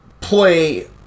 play